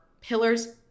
Pillars